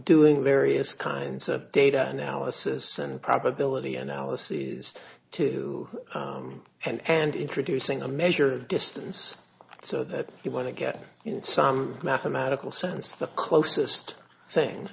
doing various kinds of data analysis and probability analysis two and introducing a measure of distance so that you want to get some mathematical sense the closest thing